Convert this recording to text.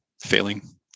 failing